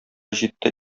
җитте